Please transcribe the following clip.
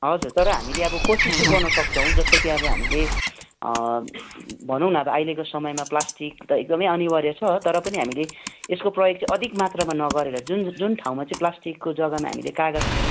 हजुर तर हामीले अब कोसिस चाहिँ गर्न सक्छौँ जस्तो कि अब हामीले भनौँ न अब अहिलेको समयमा अब प्लास्टिक त एकदमै अनिवार्य छ तर पनि हामीले यसको प्रयोग चाहिँ अधिक मात्रमा नगरेर जुन जुन ठाउँमा चाहिँ प्लास्टिकको जगामा हामीले कागज